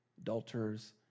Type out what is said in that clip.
adulterers